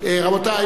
רבותי,